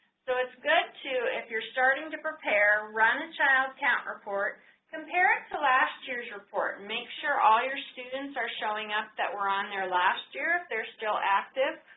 so it's good to if you're starting to prepare run the child count report compare it to last year's report make sure all your students are showing us that we're on their last year if they're still active.